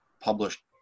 published